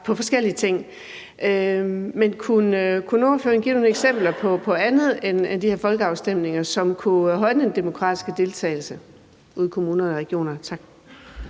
på forskellige ting. Men kunne ordføreren give nogle eksempler på andet end de her folkeafstemninger, som kunne højne den demokratiske deltagelse ude i kommunerne og regionerne? Tak.